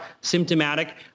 symptomatic